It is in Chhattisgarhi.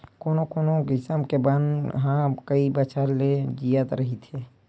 कोनो कोनो किसम के बन ह कइ बछर ले जियत रहिथे